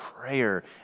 prayer